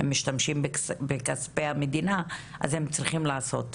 הם משתמשים בכספי המדינה, אז הם צריכים לעשות.